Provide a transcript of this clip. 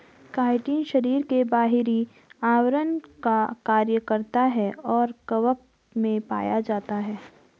chitin शरीर के बाहरी आवरण का कार्य करता है और कवक में पाया जाता है